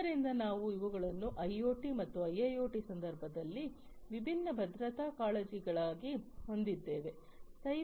ಆದ್ದರಿಂದ ನಾವು ಇವುಗಳನ್ನು ಐಒಟಿ ಅಥವಾ ಐಐಒಟಿ ಸಂದರ್ಭದಲ್ಲಿ ವಿಭಿನ್ನ ಭದ್ರತಾ ಕಾಳಜಿಗಳಾಗಿ ಹೊಂದಿದ್ದೇವೆ